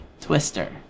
Twister